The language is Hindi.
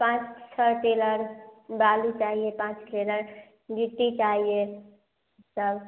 पाँच छः टेलर बालू चाहिए पाँच टेलर गिट्टी चाहिए सब